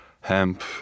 hemp